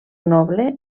noble